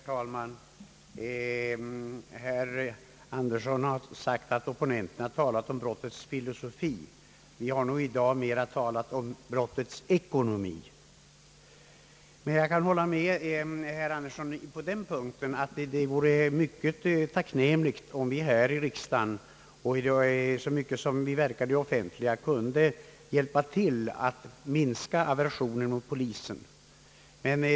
Herr talman! Herr Birger Andersson har sagt att opponenterna har talat om »brottets filosofi». Vi har nog i dag mera talat om brottets ekonomi. Däremot kan jag hålla med honom om att det vore mycket tacknämligt, om vi här i riksdagen och där vi verkar i det offentliga kunde hjälpa till att minska aversionen mot polisen.